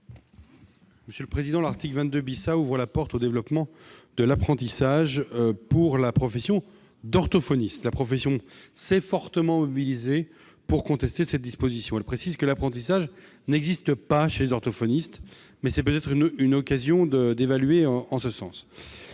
commission ? L'article 22 A ouvre la porte au développement de l'apprentissage pour la profession d'orthophoniste. Cette profession s'est fortement mobilisée pour contester cette disposition. L'apprentissage n'existe pas chez les orthophonistes, mais c'est peut-être l'occasion d'évoluer en ce sens